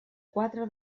quatre